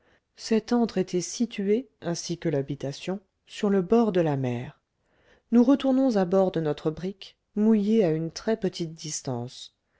cet antre était situé ainsi que l'habitation sur le bord de la mer nous retournons à bord de notre brick mouillé à une très-petite distance